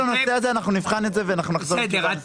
כל הנושא הזה אנחנו נבחן את זה ואנחנו נחזור עם תשובה מסודרת.